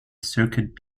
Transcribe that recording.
circuit